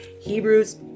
Hebrews